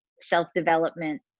self-development